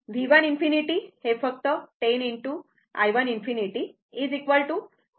V1 ∞ हे फक्त 10 ✕ i1∞ 28